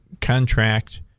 contract